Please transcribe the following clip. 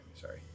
sorry